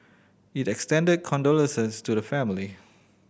it extended condolences to the family